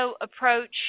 approach